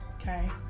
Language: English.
okay